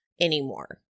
anymore